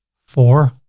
four,